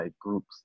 groups